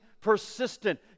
persistent